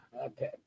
okay